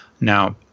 Now